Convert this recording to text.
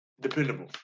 dependable